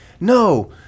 no